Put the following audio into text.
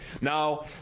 Now